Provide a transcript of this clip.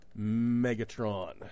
Megatron